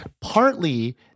Partly